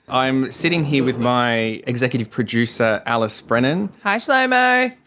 i'm sitting here with my executive producer alice brennan. hi shlomo.